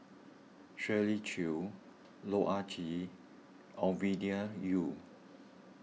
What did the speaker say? Shirley Chew Loh Ah Chee Ovidia Yu